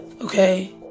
Okay